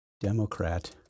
Democrat